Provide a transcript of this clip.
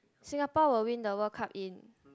Singapore will win the World Cup in